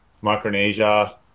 Micronesia